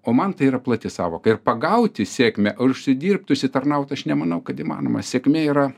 o man tai yra plati sąvoka ir pagauti sėkmę užsidirbt užsitarnaut aš nemanau kad įmanoma sėkmė yra